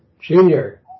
Junior